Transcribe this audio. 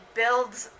builds